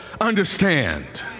understand